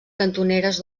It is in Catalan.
cantoneres